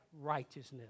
righteousness